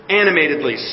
animatedly